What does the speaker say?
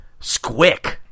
squick